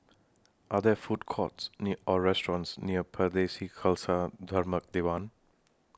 Are There Food Courts near Or restaurants near Pardesi Khalsa Dharmak Diwan